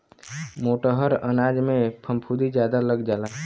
मोटहर अनाजन में फफूंदी जादा लग जाला